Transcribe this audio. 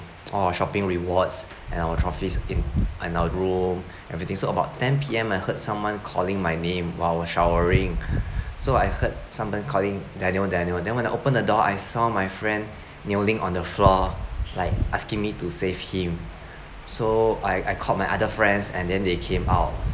oh shopping rewards and our trophies in in our room everything so about ten P_M I heard someone calling my name while I was showering so I heard someone calling daniel daniel then when I open the door I saw my friend kneeling on the floor like asking me to save him so I I called my other friends and then they came out